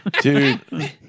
Dude